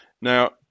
Now